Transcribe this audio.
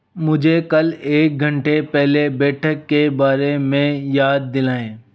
मुझे कल एक घंटे पहले बैठक के बारे में याद दिलाएँ